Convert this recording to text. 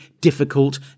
difficult